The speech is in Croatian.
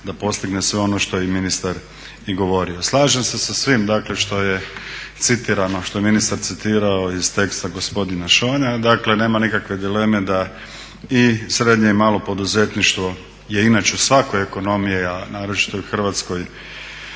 da postigne sve ono što je ministar i govorio. Slažem se sa svim što je citirano, što je ministar citirao iz teksta gospodina …, dakle nema nikakve dileme da i srednje i malo poduzetništvo je inače u svakoj ekonomiji, a naročito u hrvatskoj